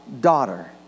daughter